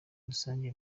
rusange